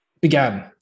began